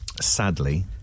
sadly